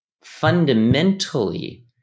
fundamentally